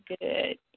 good